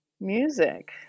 music